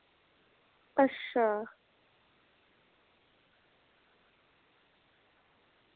अच्छा